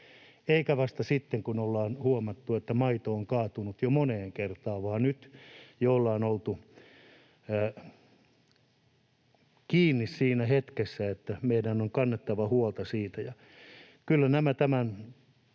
eikä vasta sitten kun ollaan huomattu, että maito on kaatunut jo moneen kertaan, vaan niin että nyt jo ollaan oltu kiinni siinä hetkessä, että meidän on kannettava huolta siitä.